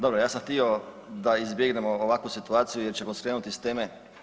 Dobro, ja sam htio da izbjegnemo ovakvu situaciju jer ćemo skrenuti s teme.